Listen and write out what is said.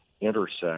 intersect